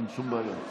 אין שום בעיה.